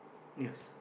yes